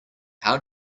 how